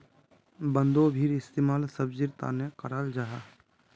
बन्द्गोभीर इस्तेमाल सब्जिर तने कराल जाहा